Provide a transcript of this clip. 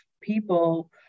people